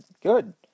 Good